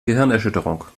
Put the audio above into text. gehirnerschütterung